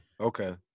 okay